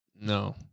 No